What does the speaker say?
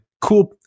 Cool